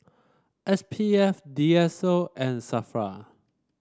S P F D S O and Safra